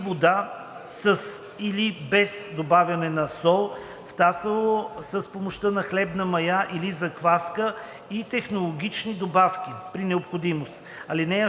със или без добавяне на сол, втасало с помощта на хлебна мая или закваска, и технологични добавки (при необходимост). (6)